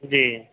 ਜੀ